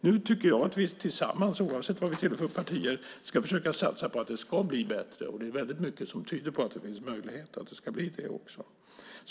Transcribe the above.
Nu tycker att jag vi tillsammans, oavsett vilket parti vi tillhör, ska försöka satsa på att det ska bli bättre. Det är väldigt mycket som tyder på att det ska bli det också.